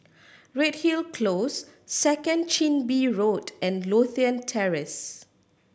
Redhill Close Second Chin Bee Road and Lothian Terrace